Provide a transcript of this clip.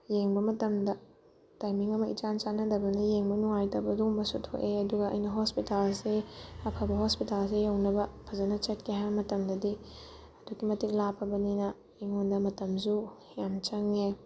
ꯌꯦꯡꯕ ꯃꯇꯝꯗ ꯇꯥꯏꯃꯤꯡ ꯑꯃ ꯏꯆꯥꯟ ꯆꯥꯟꯅꯗꯕꯅ ꯌꯦꯡꯕ ꯅꯨꯡꯉꯥꯏꯇꯕ ꯑꯗꯨꯒꯨꯝꯕꯁꯨ ꯊꯣꯛꯑꯦ ꯑꯗꯨꯒ ꯑꯩꯅ ꯍꯣꯁꯄꯤꯇꯥꯜꯁꯦ ꯑꯐꯕ ꯍꯣꯁꯄꯤꯇꯥꯜꯁꯦ ꯌꯧꯅꯕ ꯐꯖꯅ ꯆꯠꯀꯦ ꯍꯥꯏꯕ ꯃꯇꯝꯗꯗꯤ ꯑꯗꯨꯛꯀꯤ ꯃꯇꯤꯛ ꯂꯥꯞꯄꯕꯅꯤꯅ ꯑꯩꯉꯣꯟꯗ ꯃꯇꯝꯁꯨ ꯌꯥꯝ ꯆꯪꯉꯦ